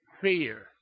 fear